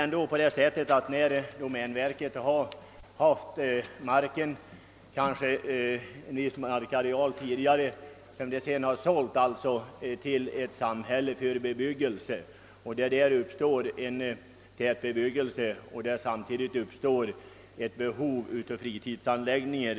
När domänverket har sålt mark till en kommun för bebyggelse, har det samtidigt uppstått ett behov av fritidsanläggningar.